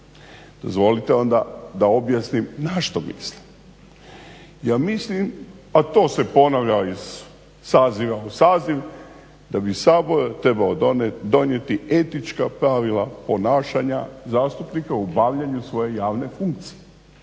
Dozvolite onda na što mislim. Ja mislim, a to se ponavlja iz saziva u saziv, da bi Sabor trebao donijeti etička pravila ponašanja zastupnika u obavljanju svoje javne funkcije.